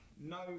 No